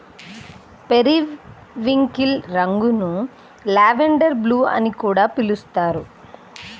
periwinkle రంగును lavender blue అని కూడా పిలుస్తారు